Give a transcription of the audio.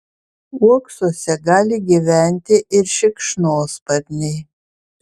uoksuose gali gyventi ir šikšnosparniai